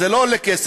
זה לא עולה כסף,